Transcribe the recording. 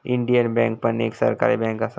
Indian bank पण एक सरकारी बँक असा